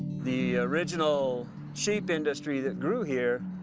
the original sheep industry that grew here,